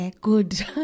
good